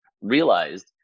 realized